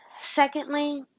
Secondly